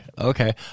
Okay